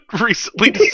recently